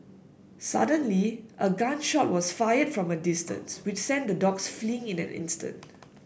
suddenly a gun shot was fired from a distance which sent the dogs fleeing in an instant